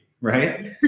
right